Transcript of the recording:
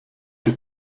die